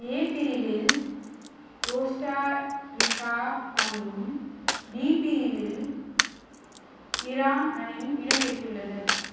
ஏ பிரிவில் Costa Rica அணியும் D பிரிவில் ஈரான் அணியும் இடம்பெற்றுள்ளது